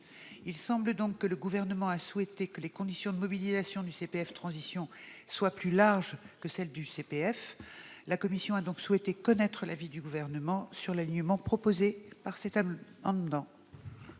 Il semble donc que le Gouvernement souhaite que les conditions de mobilisation du CPF de transition soient plus larges que celles du CPF. Aussi, la commission souhaite connaître l'avis du Gouvernement sur l'alignement proposé dans cet amendement.